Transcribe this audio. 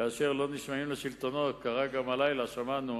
כאשר לא נשמעים לשלטונות, קרה גם הלילה, שמענו